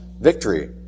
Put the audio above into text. victory